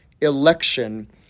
election